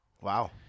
Wow